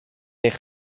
eich